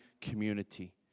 community